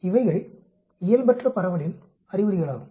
எனவே இவைகள் இயல்பற்ற பரவலின் அறிகுறிகளாகும்